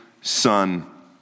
son